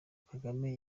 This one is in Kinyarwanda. kagame